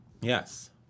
Yes